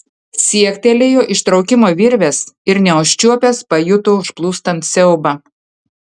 siektelėjo ištraukimo virvės ir neužčiuopęs pajuto užplūstant siaubą